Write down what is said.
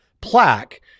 plaque